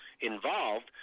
involved